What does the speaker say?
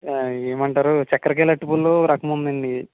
ఏమంటారు చక్కెరకేళి అరటిపళ్ళు ఓ రకము ఉందండి